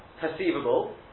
perceivable